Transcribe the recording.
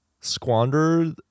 squandered